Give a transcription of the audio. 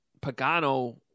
Pagano –